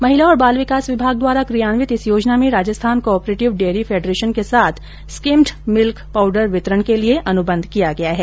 महिला और बाल विकास विभाग द्वारा क्रियान्वित इस योजना में Rajasthan cooperative dairy federation के साथ स्किम्ड मिल्क पाउडर वितरण के लिए अनुबंध किया गया है